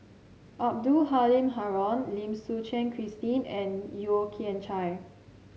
Abdul Halim Haron Lim Suchen Christine and Yeo Kian Chye